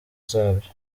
zabyo